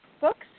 books